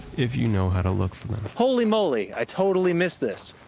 if you know how to look for them holy moly, i totally missed this!